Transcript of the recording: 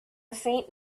faint